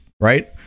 right